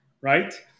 right